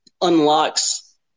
unlocks